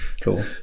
cool